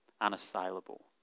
unassailable